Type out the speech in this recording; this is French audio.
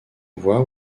voit